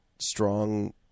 strong